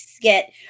get